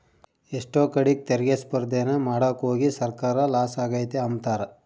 ಎಷ್ಟೋ ಕಡೀಗ್ ತೆರಿಗೆ ಸ್ಪರ್ದೇನ ಮಾಡಾಕೋಗಿ ಸರ್ಕಾರ ಲಾಸ ಆಗೆತೆ ಅಂಬ್ತಾರ